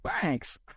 thanks